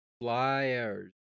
Flyers